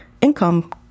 income